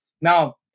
Now